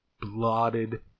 blotted